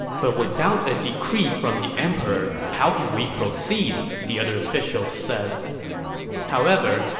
but without a decree from the emperor, how can we proceed? the other officials said however,